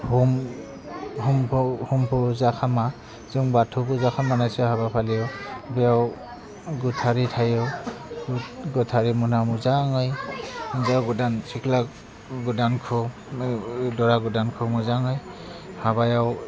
हुमखौ हुमखौ जों खालामा जों बाथौ फुजा खालामनानैसो हाबा फालियो बेयाव गोथारै थायो गोथारै मोजाङै हिनजाव गोदान सिख्ला गोदानखौ दरा गोदानखौ मोजाङै हाबायाव